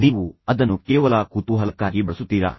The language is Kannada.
ನೀವು ಅದನ್ನು ಕೇವಲ ಕುತೂಹಲಕ್ಕಾಗಿ ಬಳಸುತ್ತೀರಾ